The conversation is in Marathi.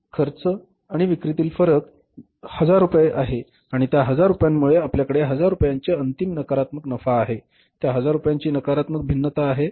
खर्च आणि विक्रीतील फरक या 1000 रुपये आहे आणि त्या 1000 रुपयांमुळे आपल्याकडे 1000 रुपयांचे अंतिम नकारात्मक नफा आहे त्या 1000 रुपयांची नकारात्मक भिन्नता आहे